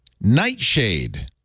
Nightshade